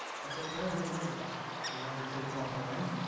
but they are terribly worried about the united states walking away.